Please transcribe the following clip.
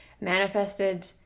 manifested